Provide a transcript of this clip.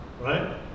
right